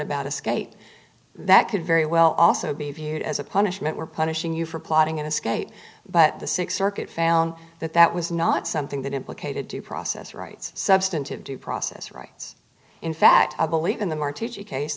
about escape that could very well also be viewed as a punishment were punishing you for plotting an escape but the th circuit found that that was not something that implicated due process rights substantive due process rights in fact i believe in the more t